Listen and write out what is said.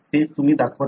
तेच तुम्ही दाखवत आहात